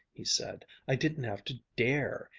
he said i didn't have to dare.